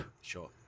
Sure